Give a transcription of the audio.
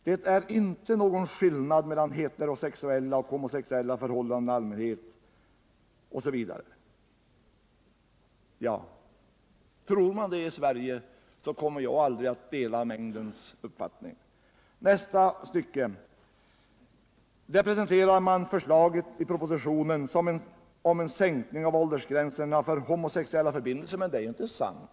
Det är inte någon skillnad mellan heterosexuella och homosexuella förhållanden i allmänhet —-=-.” Ja, tror man det i Sverige, kommer jag aldrig att kunna dela mängdens uppfattning. I nästa stycke presenteras förslaget i propositionen som en sänkning av åldersgränserna för homosexuella förbindelser. Men det är inte sant!